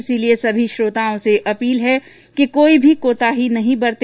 इसलिए सभी श्रोताओं से अपील है कि कोई भी कोताही न बरते